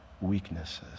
weaknesses